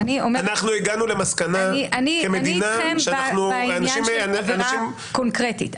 אני אתכם בעניין של עבירה קונקרטית.